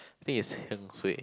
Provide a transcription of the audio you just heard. I think it's suay